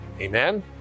amen